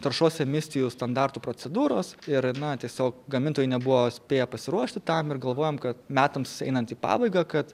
taršos emisijų standartų procedūros ir na tiesiog gamintojai nebuvo spėję pasiruošti tam ir galvojom kad metams einant į pabaigą kad